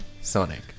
Sonic